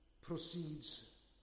proceeds